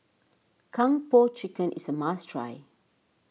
Kung Po Chicken is a must try